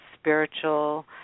spiritual